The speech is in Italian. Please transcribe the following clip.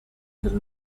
del